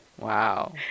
Wow